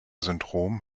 syndrom